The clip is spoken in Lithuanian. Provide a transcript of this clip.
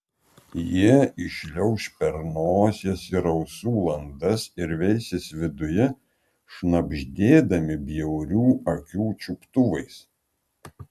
jie įšliauš per nosies ir ausų landas ir veisis viduje šnabždėdami bjaurių akių čiuptuvais